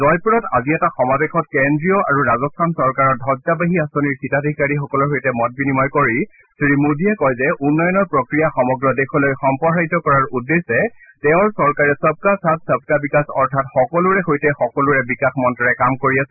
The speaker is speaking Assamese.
জয়পুৰত আজি এটা সমাবেশত কেন্দ্ৰীয় আৰু ৰাজস্থান চৰকাৰৰ ধবজাবাহী আঁচনিৰ হিতাধিকাৰীসকলৰ সৈতে মত বিনিময় কৰি শ্ৰী মোদীয়ে কয় যে উন্নয়নৰ প্ৰক্ৰিয়া সমগ্ৰ দেশলৈ সম্প্ৰসাৰিত কৰাৰ উদ্দেশ্যে তেওঁৰ চৰকাৰে সবকা সাথ সবকা বিকাশ অৰ্থাৎ সকলোৰে সৈতে সকলোৰে বিকাশ মন্ত্ৰৰে কাম কৰি আছে